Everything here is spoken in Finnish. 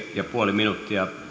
ja puoli minuuttia